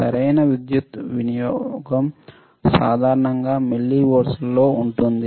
సరైన విద్యుత్ వినియోగం సాధారణంగా మిల్లీవోల్ట్లలో ఉంటుంది